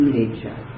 nature